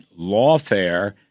lawfare